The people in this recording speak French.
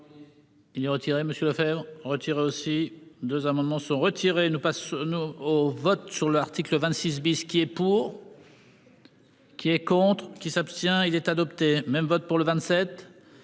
Il est retiré. Monsieur Lefebvre. Aussi 2 amendements sont retirés ne passe nous au vote sur l'article 26 Bis qui est pour.-- Qui est contre qui s'abstient il est adopté. Même vote pour le 27.